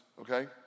okay